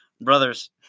brothers